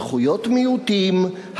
זכויות מיעוטים,